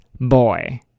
boy